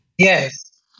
Yes